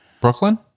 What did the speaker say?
Brooklyn